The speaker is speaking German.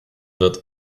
wird